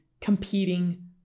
competing